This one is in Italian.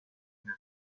nel